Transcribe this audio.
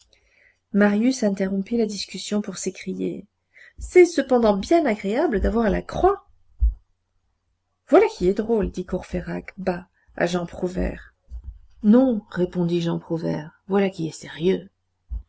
marius interrompit la discussion pour s'écrier c'est cependant bien agréable d'avoir la croix voilà qui est drôle dit courfeyrac bas à jean prouvaire non répondit jean prouvaire voilà qui est sérieux